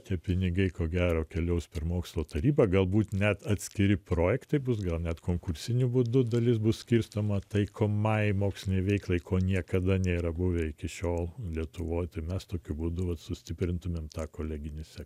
tie pinigai ko gero keliaus per mokslo tarybą galbūt net atskiri projektai bus gal net konkursiniu būdu dalis bus skirstoma taikomajai mokslinei veiklai ko niekada nėra buvę iki šiol lietuvoje mes tokiu būdu kad sustiprintumėm tą koleginėse